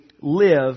live